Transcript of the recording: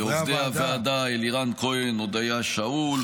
לעובדי הוועדה אלירן כהן והודיה שאול,